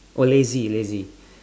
oh lazy lazy